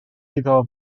iddo